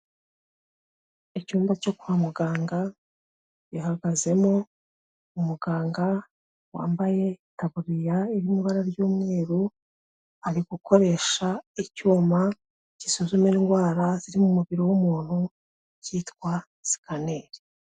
Icyumba cyo kwa muganga, gihagazemo umuganga, wambaye itaburiya iri mu ibara ry'umweru ari gukoresha icyuma, gisuzuma indwara ziri mu mubiri w'umuntu kitwa sikaneri.